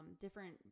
different